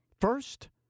First